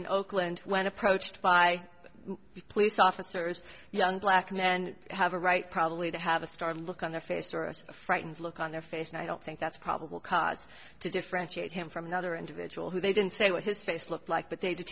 in oakland when approached by police officers young black men have a right probably to have a star look on their face or a frightened look on their face and i don't think that's probable cause to differentiate him from another individual who they didn't say what his face looked like but they